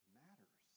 matters